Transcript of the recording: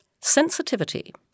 sensitivity